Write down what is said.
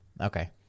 Okay